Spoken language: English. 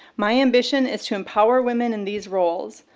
my ambition is to empower women in these roles,